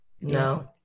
no